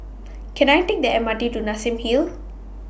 Can I Take The M R T to Nassim Hill